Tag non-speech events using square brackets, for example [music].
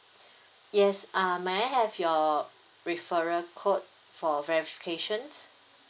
[breath] yes uh may I have your referral code for verification